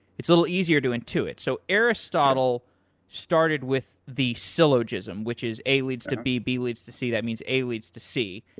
it's a little easier to intuit. so aristotle started with the syllogism, which is a leads to b, b leads to c. that means a leads to c.